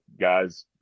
guys